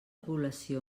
població